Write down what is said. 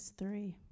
three